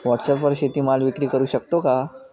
व्हॉटसॲपवर शेती माल विक्री करु शकतो का?